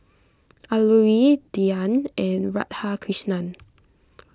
Alluri Dhyan and Radhakrishnan